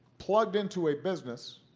plugged into a business,